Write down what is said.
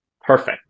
Perfect